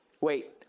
Wait